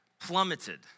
plummeted